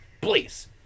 Please